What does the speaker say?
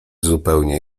zupełnie